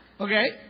Okay